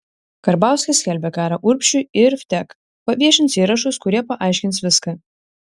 karbauskis skelbia karą urbšiui ir vtek paviešins įrašus kurie paaiškins viską